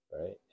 right